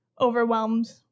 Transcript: overwhelmed